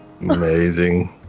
Amazing